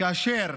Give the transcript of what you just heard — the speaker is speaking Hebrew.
כאשר